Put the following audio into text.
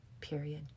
period